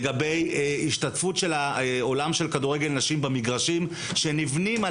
לגבי השתתפות של העולם של כדורגל נשים במגרשים שנבנים על